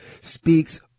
speaks